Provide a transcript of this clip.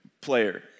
player